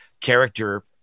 character